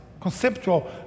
Conceptual